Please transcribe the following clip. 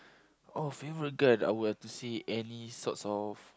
oh favourite gun I would have to say any sorts of